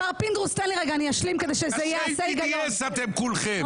ראשי BDS אתם כולכם.